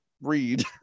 read